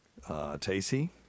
Tacey